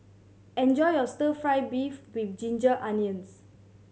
enjoy your Stir Fry beef with ginger onions